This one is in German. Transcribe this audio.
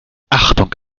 achtung